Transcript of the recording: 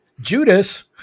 Judas